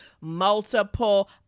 multiple